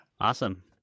Awesome